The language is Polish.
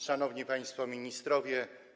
Szanowni Państwo Ministrowie!